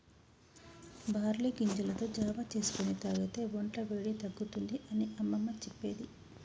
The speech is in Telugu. బార్లీ గింజలతో జావా చేసుకొని తాగితే వొంట్ల వేడి తగ్గుతుంది అని అమ్మమ్మ చెప్పేది